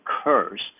occurs